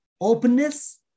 openness